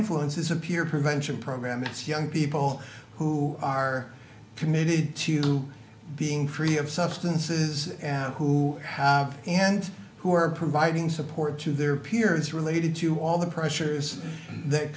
influence is a peer prevention program that's young people who are committed to being free of substances who have and who are providing support to their peers related to all the pressures that